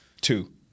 Two